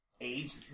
age